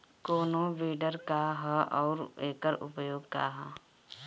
कोनो विडर का ह अउर एकर उपयोग का ह?